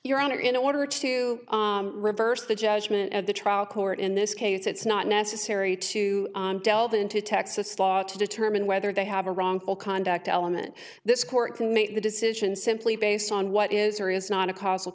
your honor in order to reverse the judgment of the trial court in this case it's not necessary to delve into texas law to determine whether they have a wrongful conduct element this court can make the decision simply based on what is or is not a causal